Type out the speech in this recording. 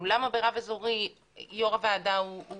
למה ברב אזורי יו"ר הוועדה הוא